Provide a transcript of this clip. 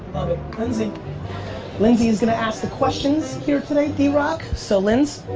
lindsay lindsay is gonna ask the questions here today drock. so linds.